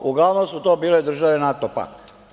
Uglavnom su to bile države NATO pakta.